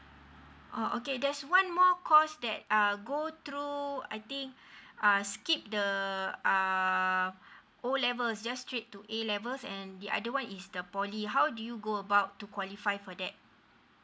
oh okay there's one more course that uh go through uh I think uh skip the err uh O levels just straight to A levels and the other one is the poly how do you go about to qualify for that